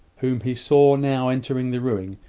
whom he saw now entering the ruin,